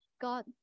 God